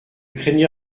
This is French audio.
craignez